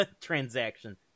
transaction